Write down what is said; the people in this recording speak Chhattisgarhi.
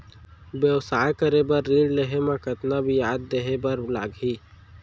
व्यवसाय करे बर ऋण लेहे म कतना ब्याज देहे बर लागही?